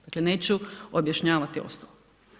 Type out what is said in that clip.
Dakle, neću objašnjavati ostalo.